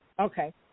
okay